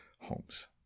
homes